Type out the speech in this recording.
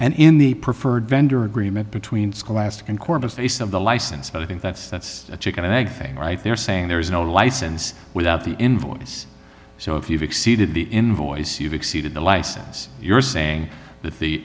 and in the preferred vendor agreement between scholastic and corpus the use of the license but i think that's that's a chicken and egg thing right there saying there is no license without the invoice so if you've exceeded the invoice you've exceeded the license you're saying that the